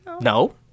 No